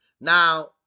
Now